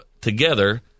together